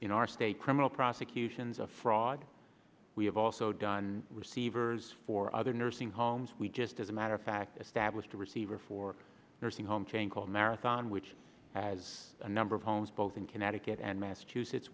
in our state criminal prosecutions of fraud we have also done receivers for other nursing homes we just as a matter of fact established a receiver for nursing home chain called marathon which has a number of homes both in connecticut and massachusetts